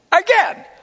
Again